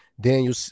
Daniel